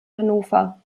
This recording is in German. hannover